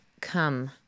come